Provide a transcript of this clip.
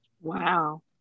Wow